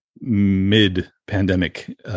mid-pandemic